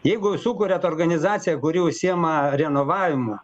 jeigu sukuriat organizaciją kuri užsiema renovavimu